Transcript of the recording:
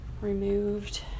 removed